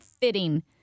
fitting